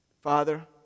Father